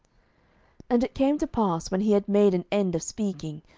and it came to pass, when he had made an end of speaking,